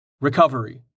Recovery